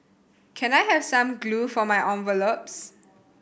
can I have some glue for my envelopes